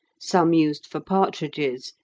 some used for partridges,